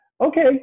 okay